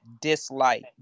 dislike